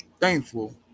thankful